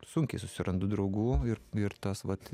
sunkiai susirandu draugų ir ir tas vat